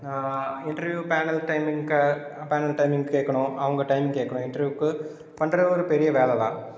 interview panel டைமிங்க்கு panel timing கேட்கணும் அவங்க டைம் கேட்கணும் இன்டெர்வியூக்கு பண்றணுது ஒரு பெரிய வேலைதான்